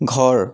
ঘৰ